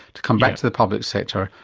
to come back to the public sector,